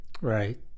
Right